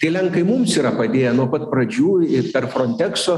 tai lenkai mums yra padėję nuo pat pradžių ir per frontekso